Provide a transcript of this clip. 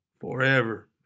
Forever